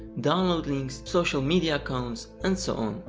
download links, social media accounts. and so on.